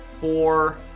four